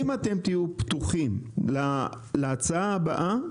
אם אתם תהיו פתוחים להצעה הבאה,